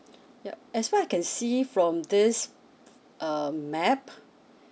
yup as what I can see from this err map